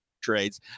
trades